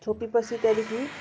छोपे पछि त्यहाँदेखि